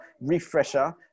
refresher